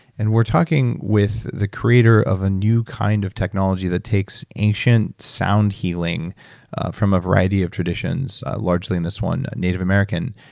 and we're talking with the creator of a new kind of technology that takes ancient sound healing from a variety of traditions, largely in this one native american,